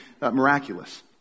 miraculous